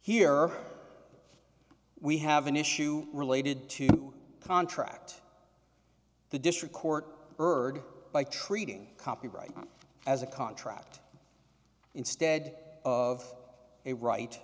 here we have an issue related to contract the district court heard by treating copyright as a contract instead of a right